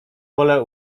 wolę